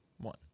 one